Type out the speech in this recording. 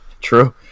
True